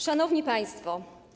Szanowni Państwo!